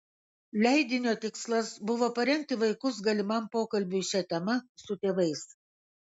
leidinio tikslas buvo parengti vaikus galimam pokalbiui šia tema su tėvais